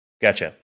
Gotcha